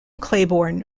claiborne